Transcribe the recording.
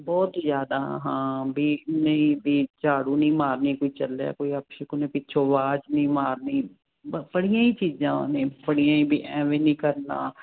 ਬਹੁਤ ਜਿਆਦਾ ਹਾਂ ਵੀ ਨਹੀਂ ਬੀ ਝਾੜੂ ਨਹੀਂ ਮਾਰਨੀ ਕੋਈ ਚੱਲਿਆ ਕੋਈ ਅਪਸ਼ਗਨ ਨੇ ਪਿੱਛੋਂ ਆਵਾਜ਼ ਨਹੀਂ ਮਾਰਨੀ ਪੜੀਏ ਹੀ ਚੀਜ਼ਾਂ ਉਹਨੇ ਫੜੀਆਂ ਹੀ ਵੀ ਐਵੇਂ ਨਹੀਂ ਕਰਨਾ ਕਿਸੇ